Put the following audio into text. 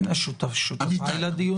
נסחפת עם ה"שותפיי".